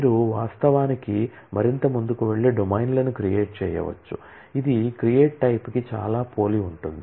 మీరు వాస్తవానికి మరింత ముందుకు వెళ్లి డొమైన్లను క్రియేట్ చేయవచ్చు ఇది క్రియేట్ టైప్ కి చాలా పోలి ఉంటుంది